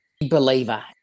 believer